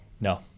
No